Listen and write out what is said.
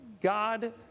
God